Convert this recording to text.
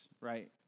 right